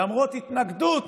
למרות התנגדות